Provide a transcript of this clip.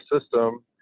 system